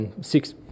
Six